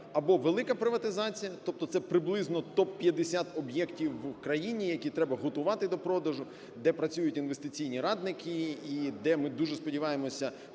або велика приватизація, тобто це приблизно топ-50 об'єктів в країні, які треба готувати до продажу, де працюють інвестиційні радники і де, ми дуже сподіваємося,